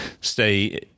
stay